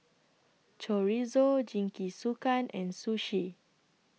Chorizo Jingisukan and Sushi